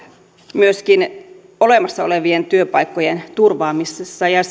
myöskin olemassa olevien työpaikkojen turvaamisessa ja